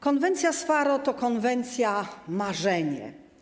Konwencja z Faro to konwencja marzenie.